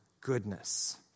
goodness